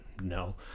No